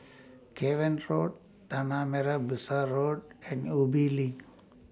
Cavan Road Tanah Merah Besar Road and Ubi LINK